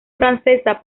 francesa